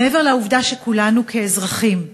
מעבר לעובדה שכולנו, כאזרחים,